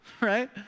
right